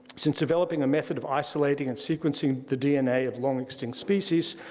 since developing a method of isolating and sequencing the dna of long-extinct species,